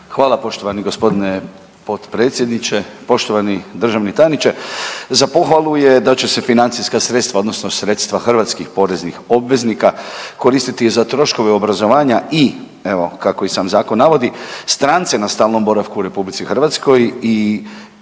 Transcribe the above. Hvala poštovani gospodine potpredsjedniče. Poštovani državni tajniče, za pohvalu je da će se financijska sredstva odnosno sredstva hrvatskih poreznih obveznika koristiti za troškove obrazovanja i evo kako i sam zakon navodi strance na stalnom boravku u RH i državljane